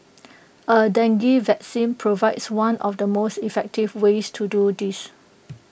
A dengue vaccine provides one of the most effective ways to do this